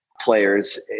players